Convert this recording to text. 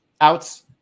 outs